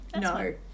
no